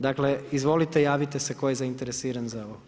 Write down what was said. Dakle, izvolite javite se tko je zainteresiran za ovo.